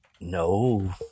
No